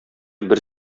бер